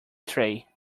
tray